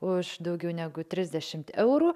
už daugiau negu trisdešimt eurų